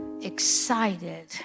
excited